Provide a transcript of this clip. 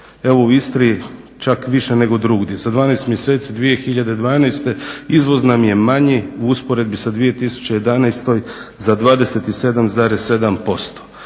Evo u Istri čak više nego drugdje. Za 12 mjeseci 2012. izvoz nam je manji u usporedbi sa 2011. za 27,7%